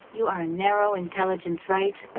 you are a narrow intelligence, right?